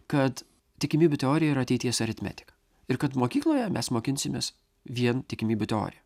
kad tikimybių teorija yra ateities aritmetika ir kad mokykloje mes mokinsimės vien tikimybių teoriją